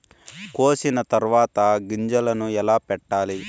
కోసిన తర్వాత గింజలను ఎలా పెట్టాలి